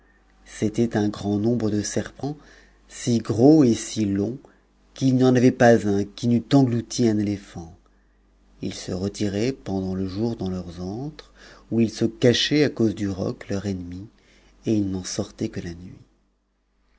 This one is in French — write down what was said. c'était un grand nombre de serpents si gros et si longs qu'il n'y en avait pas un qui n'eût englouti un é éphant ils se retiraient pendant le jour dans leurs intres où ils se cachaient à cause du roc leur ennemi et ils n'en sor'mnt que la nuit